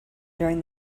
during